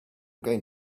going